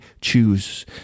choose